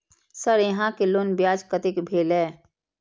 Sir यहां के loan ब्याज कतेक भेलेय?